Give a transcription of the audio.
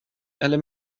eller